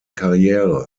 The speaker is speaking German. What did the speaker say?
karriere